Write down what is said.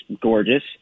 gorgeous